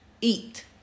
eat